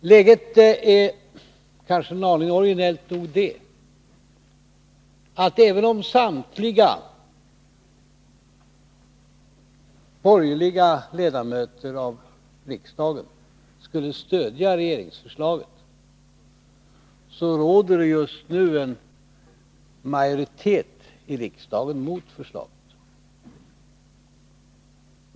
Läget är kanske en aning originellt. Även om samtliga borgerliga ledamöter av riksdagen skulle stödja regeringsförslaget, råder just nu en majoritet i riksdagen mot förslaget.